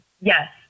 yes